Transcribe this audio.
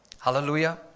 Hallelujah